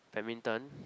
badminton